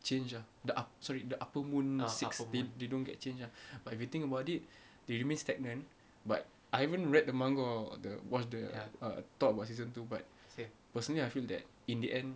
change ah the ah sorry the upper moon sixteen they don't get change ah but if you think about it they remain stagnant but I haven't read the manga or the watch the uh talk about season two personally I feel that in the end